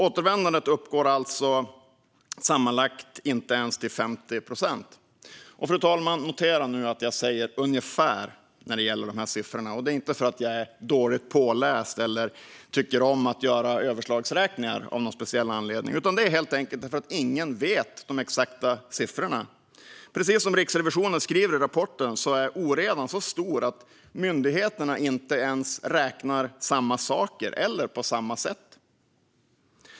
Återvändandet uppgår alltså sammanlagt inte ens till 50 procent. Fru talman! Notera nu att jag säger "ungefär" när det gäller de här siffrorna. Det är inte för att jag är dåligt påläst eller tycker om att göra överslagsräkningar av någon speciell anledning. Det är helt enkelt därför att ingen vet de exakta siffrorna. Precis som Riksrevisionen skriver i rapporten är oredan så stor att myndigheterna inte ens räknar samma saker eller på samma sätt.